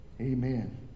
Amen